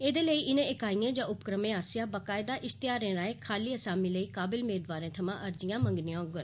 एह्दे लेई इनें इकाइएं जां उपक्रमें आस्सेआ बाकायदा इश्तेहारें राएं खाली आसामी लेई काबिल मेदवारें थमां अर्जियां मंग्गियां होंगन